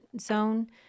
zone